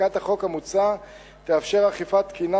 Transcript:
חקיקת החוק המוצע תאפשר אכיפת תקינה